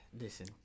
Listen